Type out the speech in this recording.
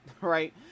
right